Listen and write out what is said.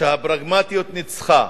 שהפרגמטיות ניצחה,